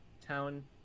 town